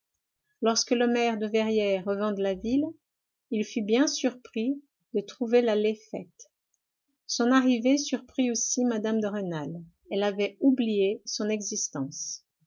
lorsque le maire de verrières revint de la ville il fut bien surpris de trouver l'allée faite son arrivée surprit aussi mme de rênal elle avait oublié son existence